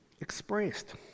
expressed